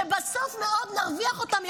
ובסוף נרוויח אותם.